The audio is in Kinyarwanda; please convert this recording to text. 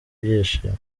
byishimo